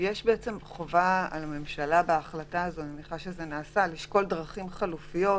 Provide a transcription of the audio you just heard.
בהחלטה הזאת יש חובה על הממשלה לשקול דרכים חלופיות